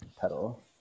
pedal